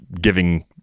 giving